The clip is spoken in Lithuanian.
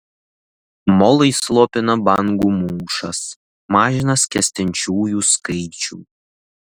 molai slopina bangų mūšas mažina skęstančiųjų skaičių